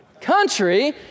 country